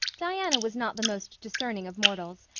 diana was not the most discerning of mortals,